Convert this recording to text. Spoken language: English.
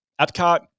epcot